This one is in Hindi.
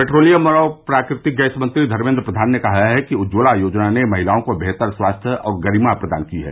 पेट्रोलियम और प्राकृतिक गैस मंत्री धर्मेंद्र प्रधान ने कहा कि उज्जवला योजना ने महिलाओं को बेहतर स्वास्थ्य और गरिमा प्रदान की है